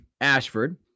Ashford